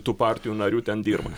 tų partijų narių ten dirba